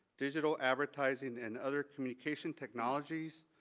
digital advertiseing and other communication technologies,